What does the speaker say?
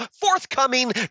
forthcoming